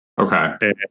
Okay